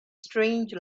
strange